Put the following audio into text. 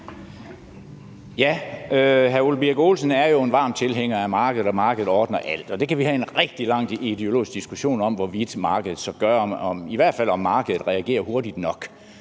Hr. Ole Birk Olesen er jo en varm tilhænger af markedet og af, at markedet ordner alt. Og vi kan have en rigtig lang ideologisk diskussion om, hvorvidt markedet så gør det, i hvert fald om markedet reagerer hurtigt nok.